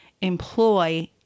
employ